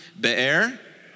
Be'er